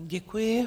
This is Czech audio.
Děkuji.